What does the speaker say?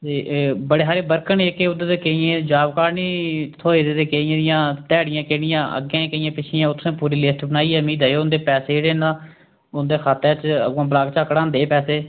ते बड़े हारे बर्क न जेह्के उद्धर दे केइयें जाब कार्ड निं थ्होए दे ते केइयें दियां ध्याड़ियां केइयें अग्गें केइयें पिच्छै ओह् तुसें पूरी लिस्ट बनाइयै मी देओ उं'दे पैसे जेह्ड़े न ना उं'दे खाते च अग्गुआं ब्लाक चा कढांदे हे पैसे